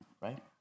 right